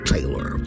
Taylor